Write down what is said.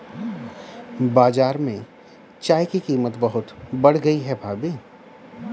बाजार में चाय की कीमत बहुत बढ़ गई है भाभी